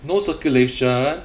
no circulation